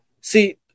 See